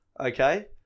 Okay